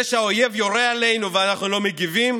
זה שהאויב יורה עלינו ואנחנו לא מגיבים,